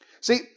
See